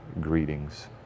greetings